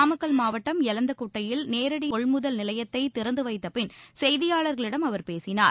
நாமக்கல் மாவட்டம் எலந்தக்குட்டையில் நேரடி கொள்முதல் நிலையத்தை திறந்து வைத்தபின் செய்தியாளர்களிடம் அவர் பேசினார்